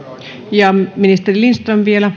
ja ministeri lindström vielä